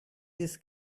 this